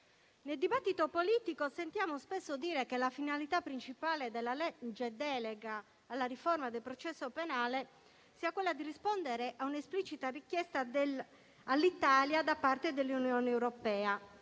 nel dibattito politico sentiamo spesso dire che la finalità principale della legge delega per la riforma del processo penale è quella di rispondere a un'esplicita richiesta, rivolta all'Italia da parte dell'Unione europea,